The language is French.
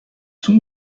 son